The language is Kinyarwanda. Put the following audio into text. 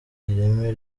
ireme